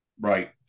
Right